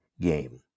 game